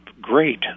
great